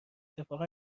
اتفاقا